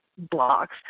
blocks